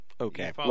okay